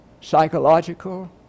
psychological